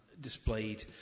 displayed